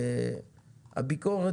הביקורת,